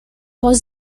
was